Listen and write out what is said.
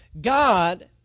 God